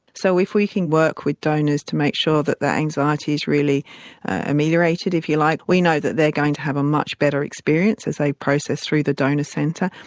so if we can work with donors to make sure that their anxiety is really ameliorated, if you like, we know that they are going to have a much better experience as they process through the donor centre,